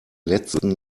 letzten